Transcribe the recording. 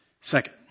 Second